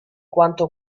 quanto